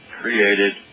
created